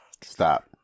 Stop